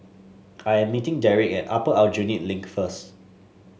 I am meeting Derik at Upper Aljunied Link first